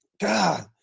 God